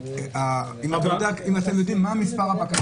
האם אתם יודעים מה מספר הבקשות